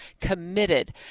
committed